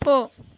போ